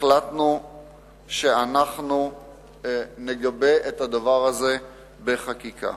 החלטנו שאנחנו נגבה את הדבר הזה בחקיקה.